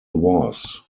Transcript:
was